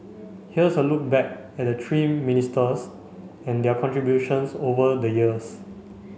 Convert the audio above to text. here's a look back at the three ministers and their contributions over the years